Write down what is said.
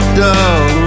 dog